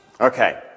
Okay